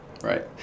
Right